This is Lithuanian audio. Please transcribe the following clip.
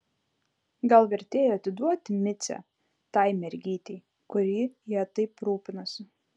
gal vertėjo atiduoti micę tai mergytei kuri ja taip rūpinosi